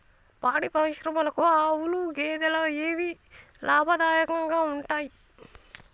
పాడి పరిశ్రమకు ఆవుల, గేదెల ఏవి లాభదాయకంగా ఉంటయ్?